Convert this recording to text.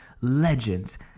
legends